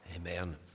Amen